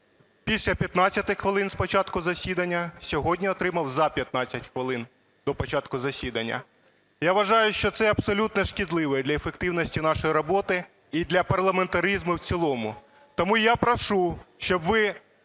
після 15 хвилин з початку засідання, сьогодні отримав за 15 хвилин до початку засідання. Я вважаю, що це абсолютно шкідливо для ефективності нашої роботи і для парламентаризму в цілому. Тому я прошу, щоб ви